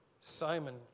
Simon